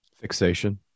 Fixation